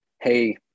Hey